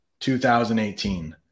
2018